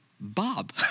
Bob